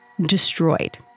destroyed